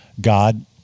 God